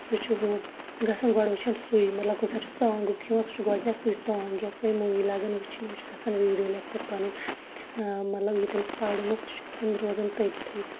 سُہ چھُ گَژھان گۄڈٕ وٕچھان سُے مطلب کُنہِ ساتہٕ چھُ سانگُک یوان سُہ چھُ گوڈٕنٮ۪تھ سُے سانگ یا سۄے موٗوی لاگان وٕچھٕنۍ ہُہ چھُ گَژھان ویٖڈیو لیکچَر پَنُن مطلب یہِ تٔمِس پَرُن اوس تہِ چھُ گَژھان روزان تٔتھی